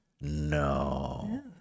No